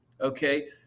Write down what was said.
okay